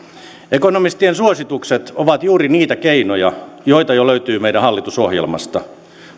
ekonomistien suositukset ovat juuri niitä keinoja joita jo löytyy meidän hallitusohjelmastamme